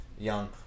young